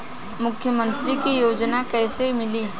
मुख्यमंत्री के योजना कइसे मिली?